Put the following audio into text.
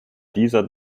dieser